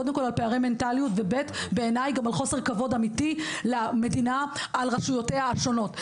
קודם כל על פערי מנטליות ועל חוסר כבוד אמיתי למדינה ולרשויותיה השונות.